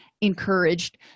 encouraged